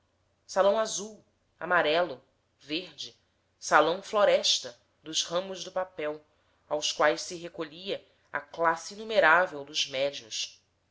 salão azul amarelo verde salão floresta dos ramos do papel aos quais se recolhia a classe inumerável dos médios